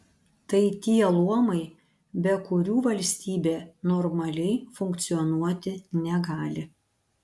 tai tie luomai be kurių valstybė normaliai funkcionuoti negali